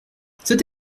c’est